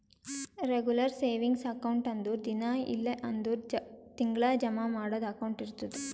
regular savings account ಅಂದುರ್ ದಿನಾ ಇಲ್ಲ್ ಅಂದುರ್ ತಿಂಗಳಾ ಜಮಾ ಮಾಡದು ಅಕೌಂಟ್ ಇರ್ತುದ್